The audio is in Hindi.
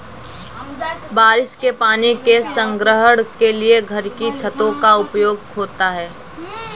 बारिश के पानी के संग्रहण के लिए घर की छतों का उपयोग होता है